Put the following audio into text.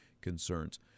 concerns